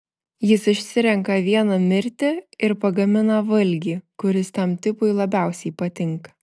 jis išsirenka vieną mirti ir pagamina valgį kuris tam tipui labiausiai patinka